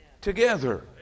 together